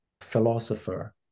philosopher